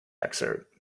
excerpt